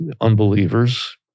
unbelievers